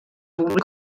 públic